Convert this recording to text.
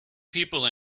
people